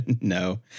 No